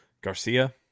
Garcia